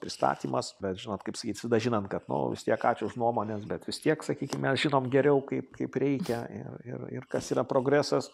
pristatymas bet žinot kaip sakyt visada žinant kad nu vis tiek ačiū už nuomones bet vis tiek sakykim mes žinom geriau kaip kaip reikia ir ir ir kas yra progresas